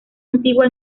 antigua